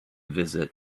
visit